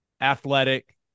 athletic